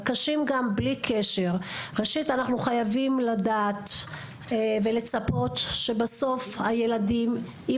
אנחנו חייבים לדעת ולצפות שבסוף הילדים עם